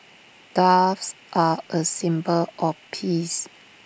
doves are A symbol of peace